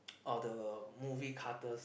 or the movie cutters